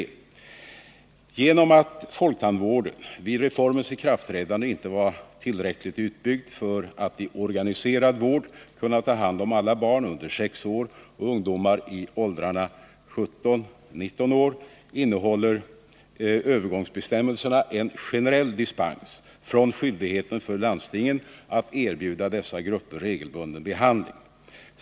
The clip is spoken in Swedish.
På grund av att folktandvården vid reformens ikraftträdande inte var tillräckligt utbyggd för att i organiserad vård kunna ta hand om alla barn under 6 år och ungdomar i åldrarna 17-19 år innehåller övergångsbestämmelserna en generell dispens från skyldigheten för landstingen att erbjuda dessa grupper regelbunden behandling.